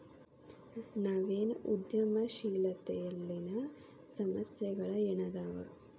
ನವೇನ ಉದ್ಯಮಶೇಲತೆಯಲ್ಲಿನ ಸಮಸ್ಯೆಗಳ ಏನದಾವ